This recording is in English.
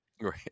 Right